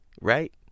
right